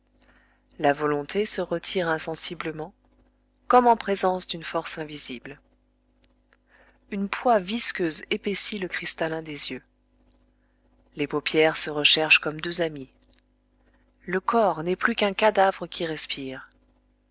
la volonté se retire insensiblement comme en présence d'une force invisible une poix visqueuse épaissit le cristallin des yeux les paupières se recherchent comme deux amis le corps n'est plus qu'un cadavre qui respire